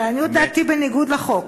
לעניות דעתי בניגוד לחוק,